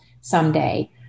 someday